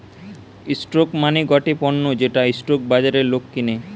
stock মানে গটে পণ্য যেটা স্টক বাজারে লোক কিনে